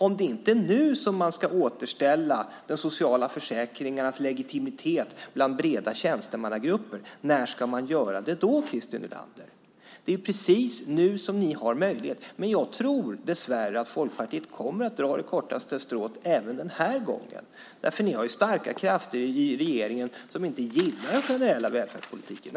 Om det inte är nu som man ska återställa de sociala försäkringarnas legitimitet bland breda tjänstemannagrupper, när ska man göra det, Christer Nylander? Det är precis nu ni har möjlighet. Jag tror, dessvärre, att Folkpartiet kommer att dra det kortaste strået även den här gången. Ni har starka krafter i regeringen som inte gillar den generella välfärdspolitiken.